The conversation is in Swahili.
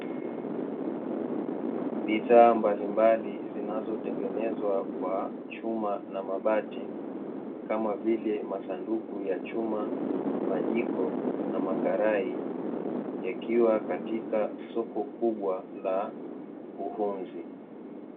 Bidhaa mbalimbali zinazotengenezwa kwa chuma na mabati kama vile: masanduku ya chuma, majiko na makarai yakiwa katika soko kubwa la uhunzi.